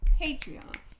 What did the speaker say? Patreon